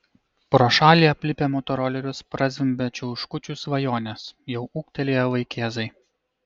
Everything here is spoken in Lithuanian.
pro šalį aplipę motorolerius prazvimbia čiauškučių svajonės jau ūgtelėję vaikėzai